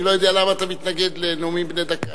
אני לא יודע למה אתה מתנגד לנאומים בני דקה.